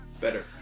better